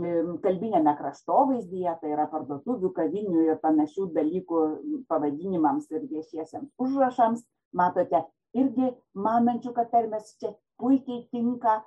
kalbiniame kraštovaizdyje tai yra parduotuvių kavinių ir panašių dalykų pavadinimams ir viešiesiems užrašams matote irgi manančių kad tarmės čia puikiai tinka